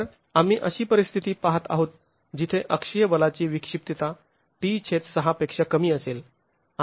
तर आम्ही अशी परिस्थिती पाहत आहोत जिथे अक्षीय बलाची विक्षिप्तता t6 पेक्षा कमी असेल